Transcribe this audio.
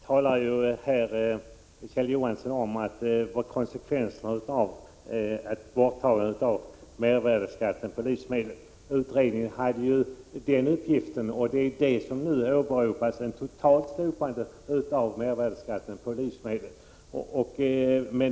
Herr talman! Kjell Johansson talade om konsekvenserna av ett borttagande av mervärdeskatten på livsmedel. Utredningen hade ju uppgiften att utreda konsekvenserna av ett totalt slopande av mervärdeskatten på livsmedel.